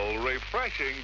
refreshing